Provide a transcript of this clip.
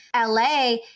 LA